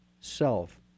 self